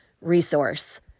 resource